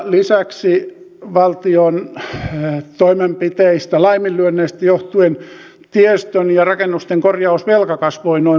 lisäksi valtion toimenpiteistä laiminlyönneistä johtuen tiestön ja rakennusten korjausvelka kasvoi noin miljardin verran